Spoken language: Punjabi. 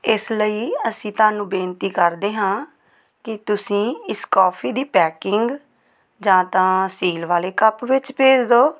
ਇਸ ਲਈ ਅਸੀਂ ਤੁਹਾਨੂੰ ਬੇਨਤੀ ਕਰਦੇ ਹਾਂ ਕਿ ਤੁਸੀਂ ਇਸ ਕੋਫੀ ਦੀ ਪੈਕਿੰਗ ਜਾਂ ਤਾਂ ਸੀਲ ਵਾਲੇ ਕੱਪ ਵਿੱਚ ਭੇਜ ਦਿਓ